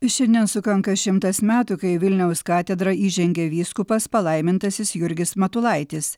šiandien sukanka šimtas metų kai į vilniaus katedrą įžengė vyskupas palaimintasis jurgis matulaitis